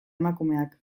emakumeak